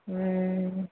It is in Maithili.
हूँ